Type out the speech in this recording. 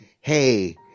Hey